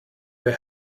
they